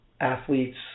athletes